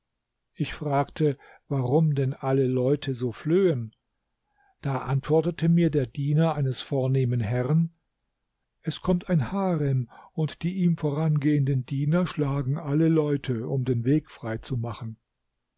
ich fragte warum denn alle leute so flöhen da antwortete mir der diener eines vornehmen herren es kommt ein harem und die ihm vorangehenden diener schlagen alle leute um den weg freizumachen